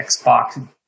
Xbox